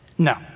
No